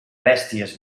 bèsties